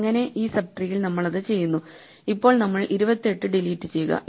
എങ്ങനെ ഈ സബ്ട്രീയിൽ നമ്മൾ അത് ചെയ്യുന്നു ഇപ്പോൾ നമ്മൾ 28 ഡിലീറ്റ് ചെയ്യുക